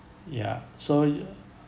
ya so